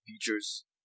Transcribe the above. features